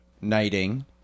knighting